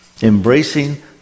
Embracing